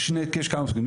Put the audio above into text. יש כמה סוגים.